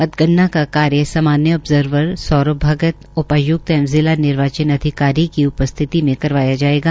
मतगणना का कार्य सामान्य ऑबजर्वर सौरभ भगत उपाय्क्त एवं जिला निर्वाचन अधिकारी की उपस्थिति में करवाया जाएगा